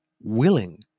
willing